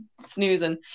snoozing